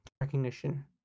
recognition